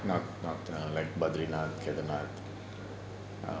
not not like badrinath kedarnath